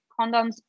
Condoms